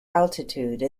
altitude